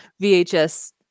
vhs